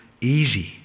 easy